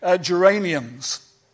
geraniums